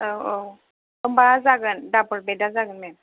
औ औ होमब्ला जागोन डाबल बेडआ जागोन मेम